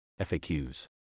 FAQs